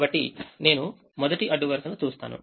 కాబట్టి నేను మొదటి అడ్డు వరుసను చూస్తాను